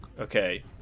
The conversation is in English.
Okay